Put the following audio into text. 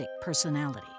personality